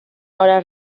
ahora